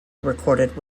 recorded